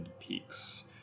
peaks